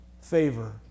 favor